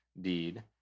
deed